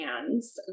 hands